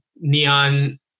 Neon